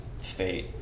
fate